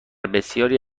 بسیاری